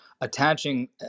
attaching